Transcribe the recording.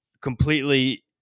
completely